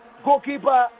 goalkeeper